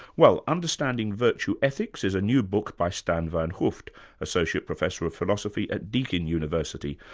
well, understanding virtue ethics is a new book by stan van hooft, associate professor of philosophy at deakin university,